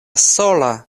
sola